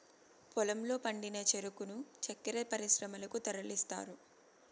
పొలంలో పండిన చెరుకును చక్కర పరిశ్రమలకు తరలిస్తారు